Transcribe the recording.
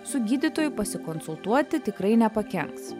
su gydytoju pasikonsultuoti tikrai nepakenks